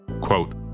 Quote